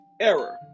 error